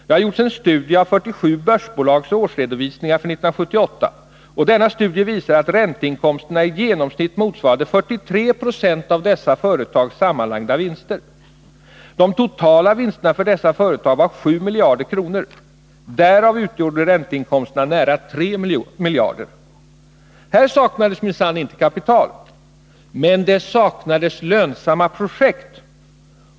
Det har gjorts en studie av 47 börsbolags årsredovisningar för 1978, och denna studie visar att ränteinkomsterna i genomsnitt motsvarade 43 I av dessa företags sammanlagda vinster. De totala vinsterna för dessa företag var 7 miljarder kronor. Därav utgjorde ränteinkomsterna nära 3 miljarder. Här saknades minsann inte kapital. Men det saknades lönsamma projekt.